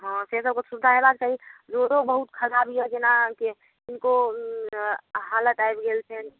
हँ से सबके सुविधा होयबाके चाही रोडो बहुत खराब यऽ जेनाकी किनको हालत आबि गेल छनि